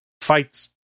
fights